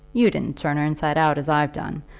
you didn't turn her inside out as i've done.